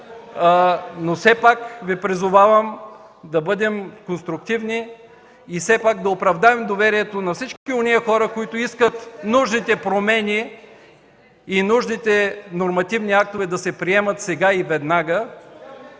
Все пак Ви призовавам да бъдем конструктивни и все пак да оправдаем доверието на всички онези хора, които искат нужните промени и нужните нормативни актове да се приемат сега и веднага